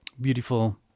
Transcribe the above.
beautiful